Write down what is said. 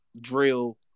drill